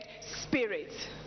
spirit